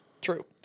True